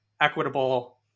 equitable